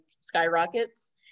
skyrockets